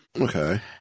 Okay